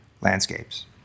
landscapes